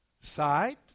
Sight